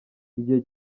igihe